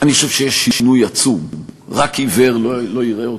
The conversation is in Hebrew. אני חושב שיש שינוי עצום, רק עיוור לא יראה אותו,